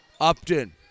Upton